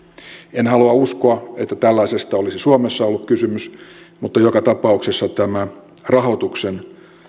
en halua uskoa että tällaisesta olisi suomessa ollut kysymys mutta joka tapauksessa tämä rahoituksen